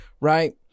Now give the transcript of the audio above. right